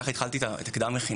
כך התחלתי את קדם המכינה.